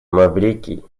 маврикий